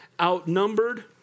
outnumbered